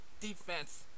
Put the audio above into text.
defense